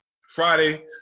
Friday